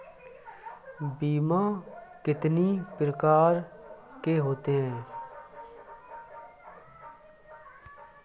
बीमा कितनी प्रकार के होते हैं?